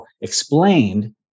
explained